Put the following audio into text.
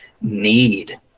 need